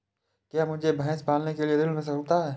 क्या मुझे भैंस पालने के लिए ऋण मिल सकता है?